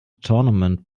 tournament